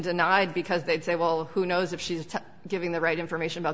denied because they'd say well who knows if she's giving the right information about